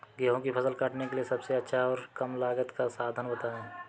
गेहूँ की फसल काटने के लिए सबसे अच्छा और कम लागत का साधन बताएं?